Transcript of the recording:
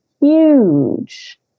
Huge